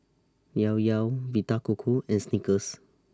Llao Llao Vita Coco and Snickers